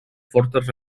fortes